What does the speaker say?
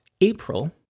April